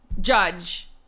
judge